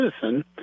citizen